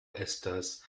estos